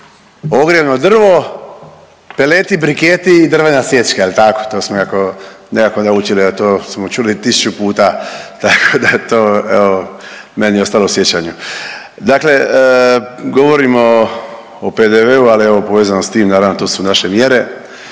ogrjevno drvo, peleti, briketi i drvena sječka jel tako, to smo nekako, nekako naučili jel to smo čuli tisuću puta, tako da to evo meni je ostalo u sjećanju. Dakle govorimo o PDV-u, ali evo povezano s tim, naravno to su naše mjere